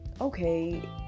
okay